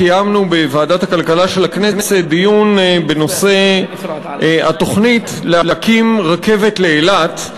קיימנו בוועדת הכלכלה של הכנסת דיון על התוכנית להקים רכבת לאילת.